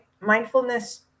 mindfulness